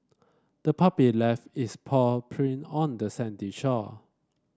the puppy left its paw print on the sandy shore